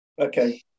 Okay